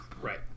Right